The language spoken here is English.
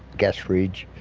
gas fridge,